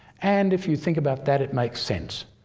and if you think about that it makes sense.